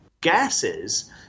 gases